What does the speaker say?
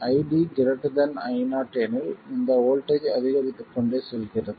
ID Io எனில் இந்த voltage அதிகரித்துக்கொண்டே செல்கிறது